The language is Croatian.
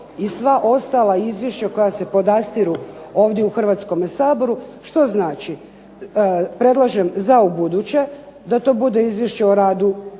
i sva ostala izvješća koja se podastiru ovdje u Hrvatskome saboru, što znači predlažem za ubuduće da to bude izvješće o radu